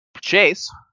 Chase